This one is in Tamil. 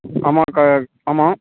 ஆமாம் சார் ஆமாம்